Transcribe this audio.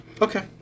Okay